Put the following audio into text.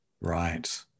Right